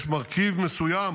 יש מרכיב מסוים